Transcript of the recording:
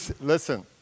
listen